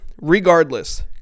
regardless